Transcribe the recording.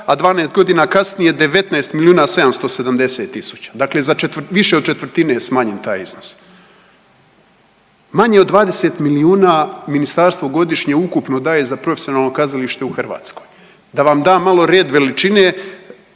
a 12 godina kasnije 19 770 000. Dakle za, više od četvrtine je smanjen taj iznos. Manje od 20 milijuna Ministarstvo godišnje ukupno daje za profesionalno kazalište u Hrvatskoj. Da vam dam malo red veličine,